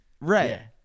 Right